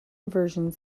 versions